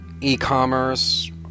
e-commerce